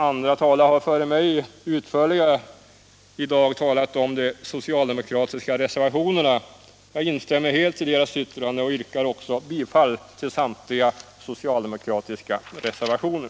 Andra talare har före mig utförligt talat om de socialdemokratiska reservationerna. Jag instämmer helt i deras yttranden och yrkar också bifall till samtliga socialdemokratiska reservationer.